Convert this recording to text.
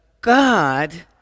God